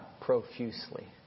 profusely